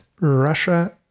Russia